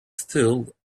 still